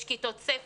יש כיתות ספח,